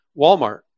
Walmart